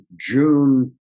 June